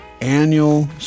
annual